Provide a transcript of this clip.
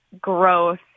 growth